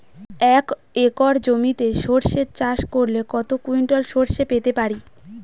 এক একর জমিতে সর্ষে চাষ করলে কত কুইন্টাল সরষে পেতে পারি?